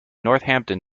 northampton